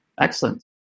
Excellent